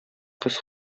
кыз